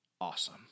awesome